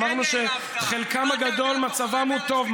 אמרנו שחלקם הגדול, מצבם הוא טוב.